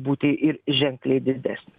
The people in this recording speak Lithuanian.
būti ir ženkliai didesnis